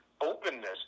openness